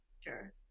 Sure